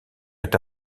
est